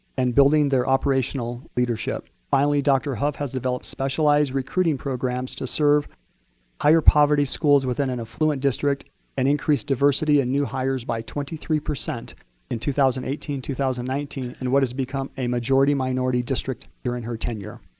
and building their operational leadership. finally, dr. hough has developed specialized recruiting programs to serve higher poverty schools within an affluent district and increase diversity and new hires by twenty three percent in two thousand and eighteen two thousand and nineteen in what has become a majority minority district during her tenure.